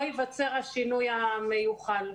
לא ייווצר השינוי המיוחל.